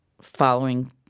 following